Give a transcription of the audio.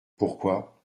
pourquoi